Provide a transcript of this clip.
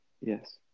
Yes